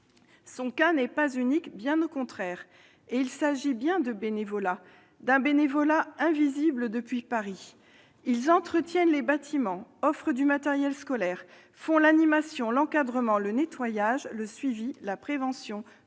Son cas n'est pas unique, bien au contraire. Et il s'agit bien de bénévolat, d'un bénévolat invisible depuis Paris. Ces bénévoles entretiennent les bâtiments, offrent du matériel scolaire, font l'animation, l'encadrement, le nettoyage, le suivi, la prévention,